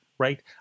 Right